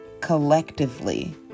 collectively